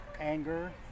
Anger